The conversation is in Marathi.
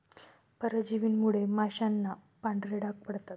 परजीवींमुळे माशांना पांढरे डाग पडतात